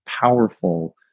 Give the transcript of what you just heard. Powerful